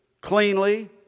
cleanly